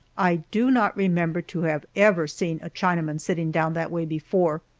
i do not remember to have ever seen a chinaman sitting down that way before,